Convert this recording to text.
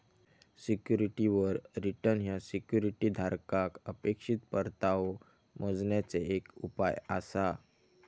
सिक्युरिटीवर रिटर्न ह्या सिक्युरिटी धारकाक अपेक्षित परतावो मोजण्याचे एक उपाय आसा